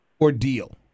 Ordeal